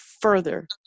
further